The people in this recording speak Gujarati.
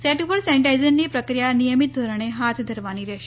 સેટ ઉપર સેનેટાઈઝેશનની પ્રક્રિયા નિયમીત ધોરણે હાથ ધરવાની રહેશે